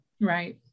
right